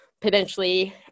potentially